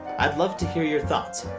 i would love to hear your thoughts,